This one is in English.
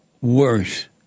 worse